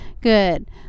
Good